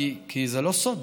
כי זה לא סוד,